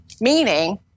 Meaning